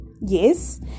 Yes